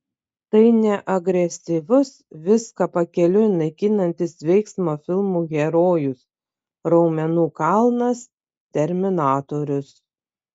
tai ne agresyvus viską pakeliui naikinantis veiksmo filmų herojus raumenų kalnas terminatorius